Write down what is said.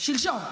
שלשום.